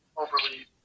overly